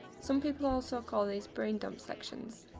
some people also call these brain dump sections.